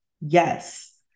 Yes